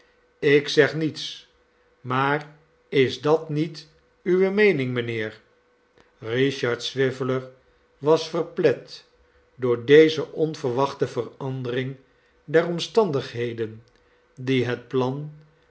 ik zeg niets maar is dat niet uwe meening mijnheer richard swiveller was verplet door deze onverwaehte verandering der omstandigheden die het plan